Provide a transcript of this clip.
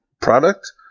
product